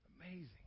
Amazing